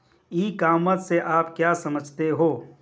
ई commerce से आप क्या समझते हो?